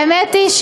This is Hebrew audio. האמת היא,